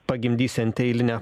pagimdysianti eilinę